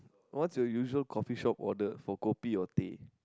what's your usual coffeeshop order for kopi or teh